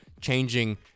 changing